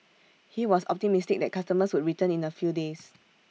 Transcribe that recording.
he was optimistic that customers would return in A few days